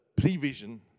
prevision